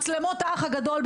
צריך לשים מצלמות ׳האח הגדול׳,